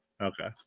okay